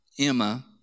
Emma